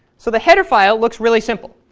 so the header file looks really simple.